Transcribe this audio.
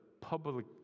public